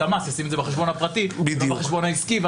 המס ישים את זה בחשבון הפרטי ולא בחשבון העסקי.